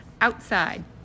outside